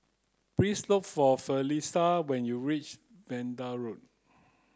please look for Felisha when you reach Vanda Road